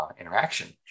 interaction